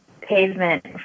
pavement